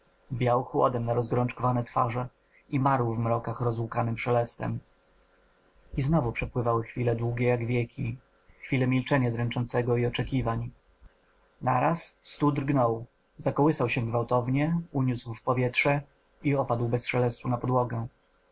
wiał chłodem na rozgorączkowane twarze i marł w mrokach rozłkanym szelestem i znowu przepływały chwile długie jak wieki chwile milczenia dręczącego i oczekiwań naraz stół drgnął zakołysał się gwałtownie uniósł w powietrze i opadł bez szelestu na podłogę